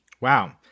Wow